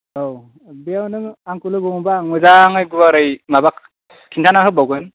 औ बेयाव नोङो आंखौ लोगो हमबा आं गुवारै माबा खिन्थानानै होबावगोन